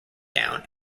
gown